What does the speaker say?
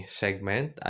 segment